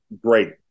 great